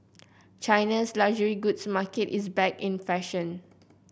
China's luxury goods market is back in fashion